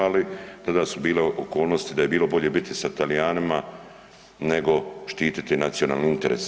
Ali tada su bile okolnosti da je bilo bolje biti sa Talijanima, nego štititi nacionalni interes.